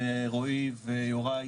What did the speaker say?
ורועי ויוראי,